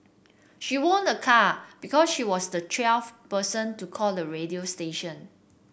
she won a car because she was the twelfth person to call the radio station